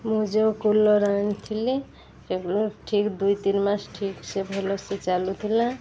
ମୁଁ ଯେଉଁ କୁଲର୍ ଆଣିଥିଲି ସେ ଠିକ୍ ଦୁଇ ତିନି ମାସ ଠିକ୍ସେ ଭଲ ସେ ଚାଲୁଥିଲା